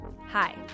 Hi